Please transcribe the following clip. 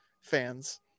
fans